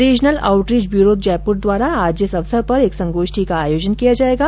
regional outreach bureau Jaipur द्वारा आज इस अवसर पर एक संगोष्ठी का आयोजन किया जाएगा